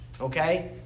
okay